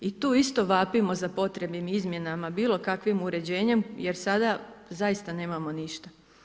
I tu isto vapimo za potrebnim izmjenama, bilo kakvim uređenjem, jer sada zaista nemamo ništa.